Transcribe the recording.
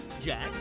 jack